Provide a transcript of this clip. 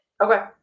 Okay